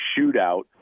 shootout